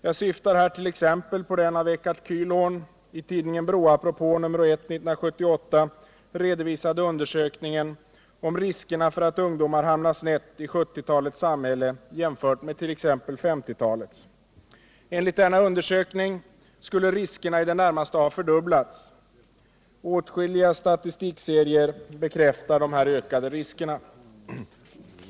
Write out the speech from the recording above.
Jag syftar här på den av Eckart Kählhorn i tidningen BRÅ-apropå nr 1 år 1978 redovisade undersökningen om riskerna för att ungdomar hamnar snett i 1970-talets samhälle jämfört med t.ex. 1950-talets samhälle. Enligt denna undersökning skulle riskerna i det närmaste ha fördubblats. Åtskilliga statistikserier anges bekräfta dessa ökade risker.